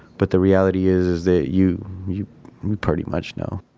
but the reality is, is that you you pretty much know